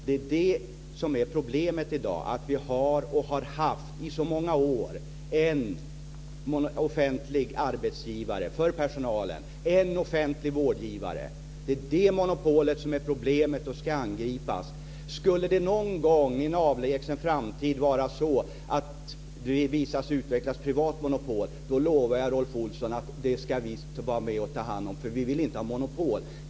Det som är problemet i dag är att vi har och i så många år har haft en offentlig arbetsgivare för personalen, en offentlig vårdgivare. Det är det monopolet som är problemet och som ska angripas. Skulle det någon gång i en avlägsen framtid visa sig att det utvecklas privata monopol lovar jag Rolf Olsson att vi ska vara med och ta hand om det, för vi vill inte ha monopol.